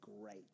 great